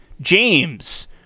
James